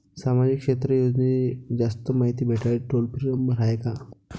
सामाजिक क्षेत्र योजनेची जास्त मायती भेटासाठी टोल फ्री नंबर हाय का?